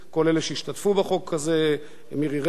כל אלה שהשתתפו בחוק הזה: מירי רגב,